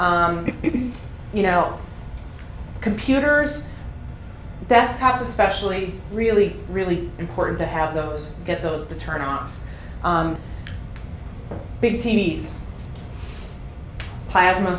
can you know computers desktops especially really really important to have those get those to turn off big t v s plasma